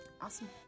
Awesome